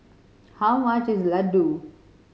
how much is Ladoo